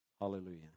Hallelujah